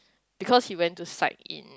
because he went to psych in